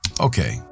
Okay